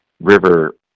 river